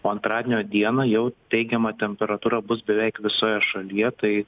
o antradienio dieną jau teigiama temperatūra bus beveik visoje šalyje tai